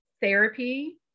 therapy